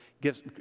gives